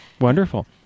wonderful